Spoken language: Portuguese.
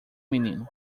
menino